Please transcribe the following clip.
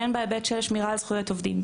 והן בהיבט של שמירה על זכויות עובדים,